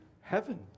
heaven